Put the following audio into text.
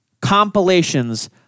compilations